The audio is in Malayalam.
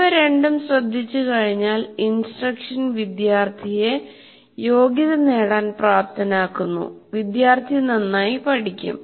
ഇവ രണ്ടും ശ്രദ്ധിച്ചുകഴിഞ്ഞാൽഇൻസ്ട്രക്ഷൻ വിദ്യാർത്ഥിയെ യോഗ്യതനേടാൻ പ്രാപ്തനാക്കുന്നു വിദ്യാർത്ഥി നന്നായി പഠിക്കും